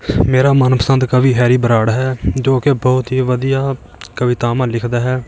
ਮੇਰਾ ਮਨਪਸੰਦ ਕਵੀ ਹੈਰੀ ਬਰਾੜ ਹੈ ਜੋ ਕਿ ਬਹੁਤ ਹੀ ਵਧੀਆ ਕਵਿਤਾਵਾਂ ਲਿਖਦਾ ਹੈ